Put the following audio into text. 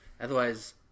otherwise